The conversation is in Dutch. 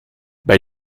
bij